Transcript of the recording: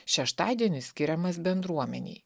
šeštadienis skiriamas bendruomenei